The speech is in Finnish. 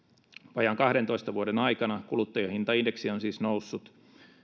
vajaan kahdentoista vuoden aikana kuluttajahintaindeksi on siis noussut